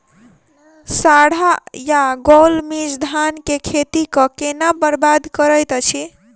साढ़ा या गौल मीज धान केँ खेती कऽ केना बरबाद करैत अछि?